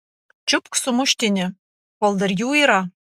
čiupk sumuštinį kol dar jų yra